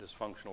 dysfunctional